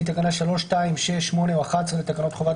או שחלה על העסקה תקנה 3(2) לתקנות חובת